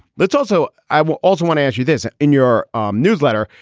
let's also i will also want to ask you this. in your um newsletter,